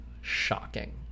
shocking